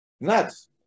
Nuts